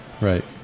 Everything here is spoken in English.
Right